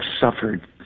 suffered